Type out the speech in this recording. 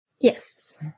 Yes